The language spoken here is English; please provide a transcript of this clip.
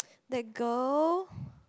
that girl~